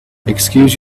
excuse